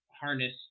harness